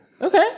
Okay